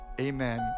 amen